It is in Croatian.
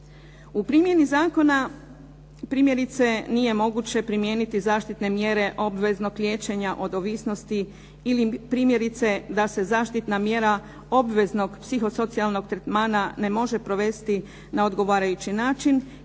U primjeni zakona primjerice nije moguće primijeniti zaštitne mjere obveznog liječenja od ovisnosti ili primjerice da se zaštitna mjera obveznog psihosocijalnog tretmana ne može provesti na odgovarajući način